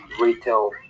retail